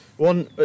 One